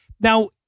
Now